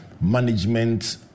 management